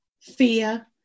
fear